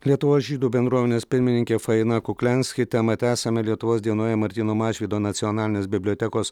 lietuvos žydų bendruomenės pirmininkė faina kukliansky temą tęsiame lietuvos dienoje martyno mažvydo nacionalinės bibliotekos